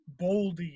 Boldy